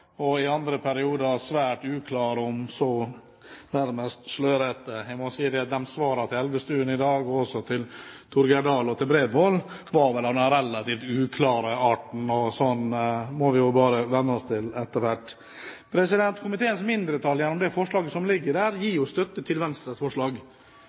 og i andre perioder var svært uklar, nærmest slørete. Jeg må si at svarene til Elvestuen i dag, og også til Torgeir Dahl og til Bredvold, vel var av den relativt uklare arten. Og sånt må vi vel venne oss til etter hvert. Komiteens mindretall gir, gjennom det forslaget som ligger der, støtte til Venstres forslag.